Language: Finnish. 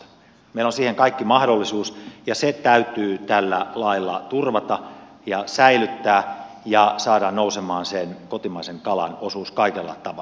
meillä on siihen kaikki mahdollisuus ja se täytyy tällä lailla turvata ja säilyttää ja saada nousemaan sen kotimaisen kalan osuus kaikella tavalla